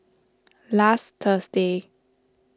last Thursday